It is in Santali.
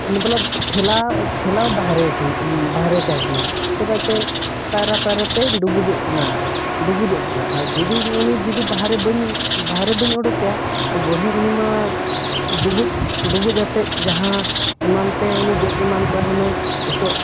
ᱢᱚᱛᱞᱚᱵ ᱴᱷᱮᱞᱟᱣ ᱴᱷᱮᱞᱟᱣ ᱵᱟᱦᱨᱮ ᱵᱟᱦᱨᱮ ᱠᱟᱭ ᱠᱟᱹᱱᱟᱹᱧ ᱪᱮᱫᱟᱜ ᱪᱮ ᱯᱟᱭᱨᱟ ᱯᱟᱭᱨᱟᱛᱮᱧ ᱰᱩᱵᱩᱡᱚᱜ ᱠᱟᱱᱟ ᱰᱩᱵᱩᱡᱚᱜ ᱠᱟᱱᱟ ᱟᱨ ᱡᱩᱫᱤ ᱩᱱᱤ ᱡᱩᱫᱤ ᱵᱟᱦᱨᱮ ᱵᱟᱹᱧ ᱵᱟᱦᱨᱮ ᱵᱟᱹᱧ ᱩᱰᱩᱠᱮᱭᱟ ᱛᱚ ᱵᱚᱲᱦᱮ ᱩᱱᱤ ᱢᱟ ᱰᱩᱵᱩᱡ ᱰᱩᱵᱩᱡ ᱡᱟᱛᱮ ᱡᱟᱦᱟᱸ ᱮᱢᱟᱱᱛᱮ ᱩᱱᱤ ᱜᱚᱡ ᱮᱢᱟᱱ ᱠᱚᱜᱼᱟᱭ ᱦᱩᱱᱟᱹᱝ ᱱᱤᱛᱳᱜ